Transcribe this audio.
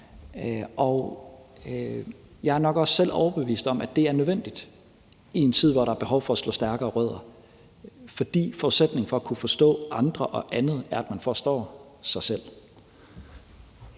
Og jeg er nok også selv overbevist om, at det er nødvendigt i en tid, hvor der er behov for at slå stærkere rødder, fordi forudsætningen for at kunne forstå andre og andet er, at man forstår sig selv.